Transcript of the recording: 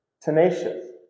tenacious